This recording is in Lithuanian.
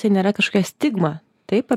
tai nėra kažkokia stigma taip